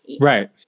right